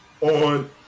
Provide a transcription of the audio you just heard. on